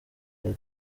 hari